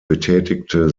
betätigte